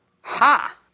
Ha